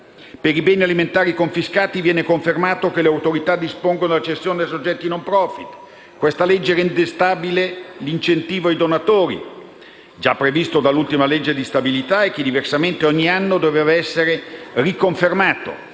Per i beni alimentari confiscati viene confermato che le autorità dispongono la cessione a soggetti *non profit*. Questa legge rende stabile l'incentivo ai donatori, già previsto dall'ultima legge di stabilità e che diversamente ogni anno doveva essere riconfermato.